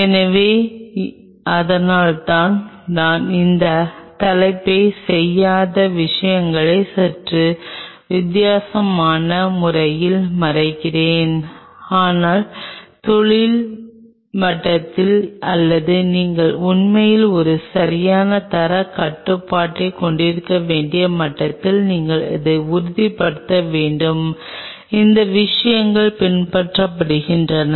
எனவே அதனால்தான் நான் இந்த தலைப்பைச் செய்யாத விஷயங்களை சற்று வித்தியாசமான முறையில் மறைக்கிறேன் ஆனால் தொழில் மட்டத்தில் அல்லது நீங்கள் உண்மையிலேயே ஒரு சரியான தரக் கட்டுப்பாட்டைக் கொண்டிருக்க வேண்டிய மட்டத்தில் நீங்கள் அதை உறுதிப்படுத்த வேண்டும் இந்த விஷயங்கள் பின்பற்றப்படுகின்றன